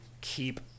keep